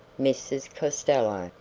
mrs. costello.